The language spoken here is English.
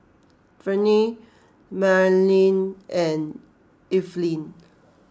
Verne Manley and Evelin